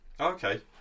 Okay